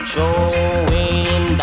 Showing